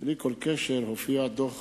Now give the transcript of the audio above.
בלי כל קשר, הופיע דוח